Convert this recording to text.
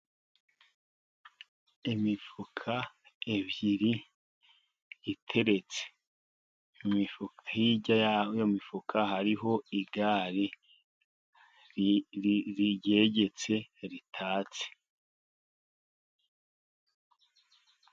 Imifuka ibiri iteretse, imifuka hirya y'iyo mifuka hariho igare ryegetse, ritatse.